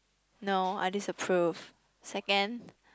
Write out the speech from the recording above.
no I disapprove second